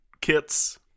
kits